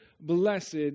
Blessed